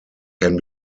can